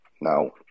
Now